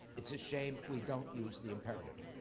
it's a shame we don't use the imperative.